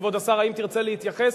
כבוד השר, האם תרצה להתייחס?